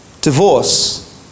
Divorce